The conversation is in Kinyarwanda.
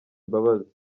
imbabazi